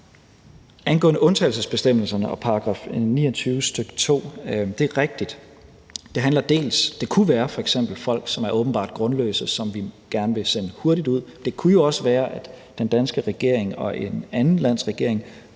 Angående undtagelsesbestemmelserne og § 29, stk. 2: Det er rigtigt. Det kunne være f.eks. folk, hvis sager er åbenbart grundløse, som vi gerne vil sende hurtigt ud. Det kunne jo også være, at den danske regering og et andet lands regering